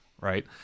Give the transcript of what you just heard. right